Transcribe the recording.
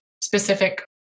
specific